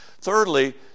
thirdly